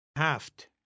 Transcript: Haft